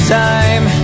time